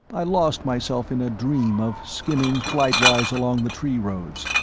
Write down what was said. i lost myself in a dream of skimming flight-wise along the tree roads,